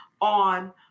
on